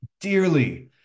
dearly